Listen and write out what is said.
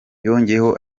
yongeye